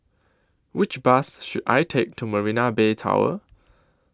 Which Bus should I Take to Marina Bay Tower